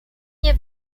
nie